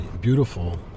beautiful